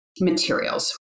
materials